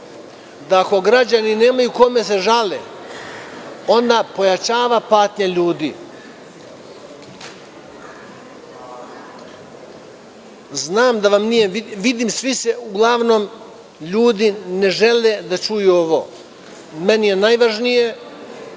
da ako građani nemaju kome da se žale, ona pojačava patnje ljudi. Znam da vam nije, vidim da ljudi uglavnom ne žele da čuju ovo. Meni je najvažnije